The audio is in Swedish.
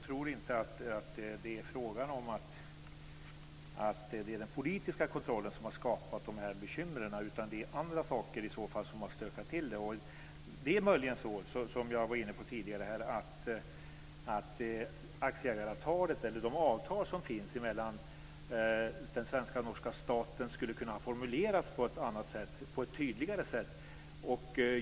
Fru talman! Jag tror inte det är den politiska kontrollen som har skapat de här bekymren, utan det är i så fall andra saker som har stökat till det. Det är möjligen såsom jag var inne på tidigare, att aktieägaravtalet eller de avtal som finns mellan den svenska och den norska staten skulle kunna ha formulerats på ett tydligare sätt.